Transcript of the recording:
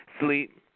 Sleep